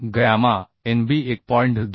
gamma nb 1